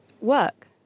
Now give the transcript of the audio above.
work